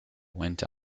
went